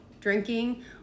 drinking